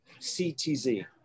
CTZ